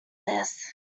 this